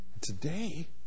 Today